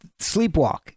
Sleepwalk